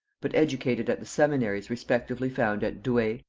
but educated at the seminaries respectively founded at douay,